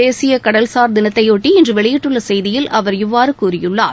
தேசிய கடல்சார் தினத்தையொட்டி இன்று வெளியிட்டுள்ள செய்தியில் அவர் இவ்வாறு கூறியுள்ளார்